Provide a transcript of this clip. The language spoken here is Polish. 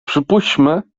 przypuśćmy